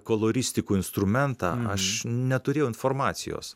koloristikų instrumentą aš neturėjau informacijos